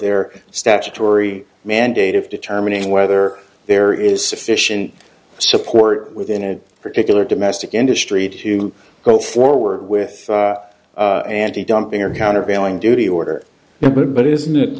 their statutory mandate of determining whether there is sufficient support within a particular domestic industry to go forward with andy dumping or countervailing duty order but it is not i